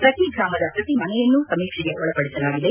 ಪ್ರತಿ ಗ್ರಾಮದ ಪ್ರತಿ ಮನೆಯನ್ನು ಸಮೀಕ್ಷೆಗೆ ಒಳಪಡಿಸಲಾಗಿದೆ